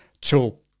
tool